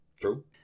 True